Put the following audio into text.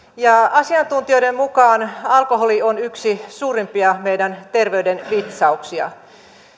asiantuntijoiden mukaan alkoholi on meidän yksi suurimpia terveyden vitsauksiamme